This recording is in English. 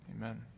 Amen